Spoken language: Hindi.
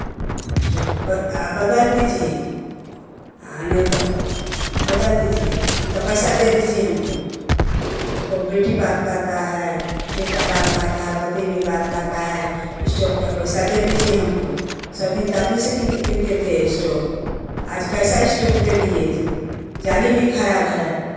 इस्टोप ब और बदल दीजिए और नहीं तो बदल दीजिए अन तो पैसा दे दीजिए हमको हमको बेटी बात कहता है बेटा बात कहता है पति भी बात कहता है इस्टोप के पैसा दे दीजिए हमको सब दिन तो आप ही से किनते किनते थे स्टोप आज कैसा स्टोप दे दिए जो जाली भी खराब है